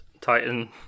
Titan